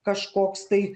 kažkoks tai